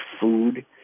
food